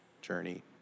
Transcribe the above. journey